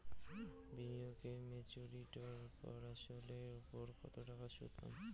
বিনিয়োগ এ মেচুরিটির পর আসল এর উপর কতো টাকা সুদ পাম?